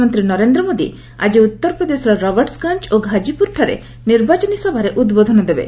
ପ୍ରଧାନମନ୍ତ୍ରୀ ନରେନ୍ଦ୍ର ମୋଦି ଆଜି ଉତ୍ତର ପ୍ରଦେଶର ରବର୍ଟସ୍ଗଞ୍ ଓ ଘାଜିପୁରଠାରେ ନିର୍ବାଚନୀ ସଭାରେ ଉଦ୍ବୋଧନ ଦେବେ